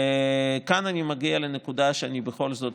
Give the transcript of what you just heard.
וכאן אני מגיע לנקודה שאני בכל זאת,